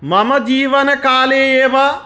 मम जीवनकाले एव